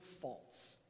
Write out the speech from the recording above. faults